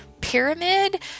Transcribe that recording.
pyramid